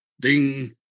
Ding